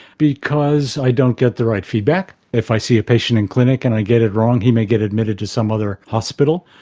because i don't get the right feedback. if i see a patient in clinic and i get it wrong, he may get admitted to some other hospital,